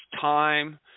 time